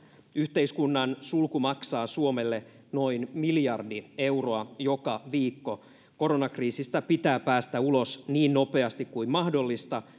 yhteiskunnan sulku maksaa suomelle noin miljardi euroa joka viikko koronakriisistä pitää päästä ulos niin nopeasti kuin mahdollista